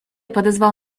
подозвал